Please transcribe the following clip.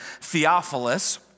Theophilus